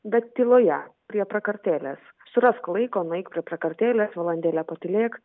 bet tyloje prie prakartėlės surask laiko nueik prie prakartėlės valandėlę patylėk